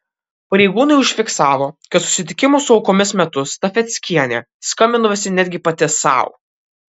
pareigūnai užfiksavo kad susitikimų su aukomis metu stafeckienė skambindavosi netgi pati sau